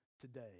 today